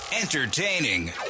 Entertaining